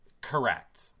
Correct